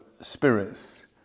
spirits